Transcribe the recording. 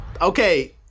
okay